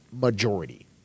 majority